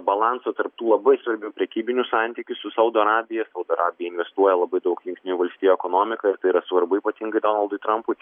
balanso tarp tų labai svarbių prekybinių santykių su saudo arabija saudo arabija investuoja labai daug jungtinių valstijų ekonomika ir tai yra svarbu ypatingai donaldui trumpui